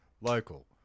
Local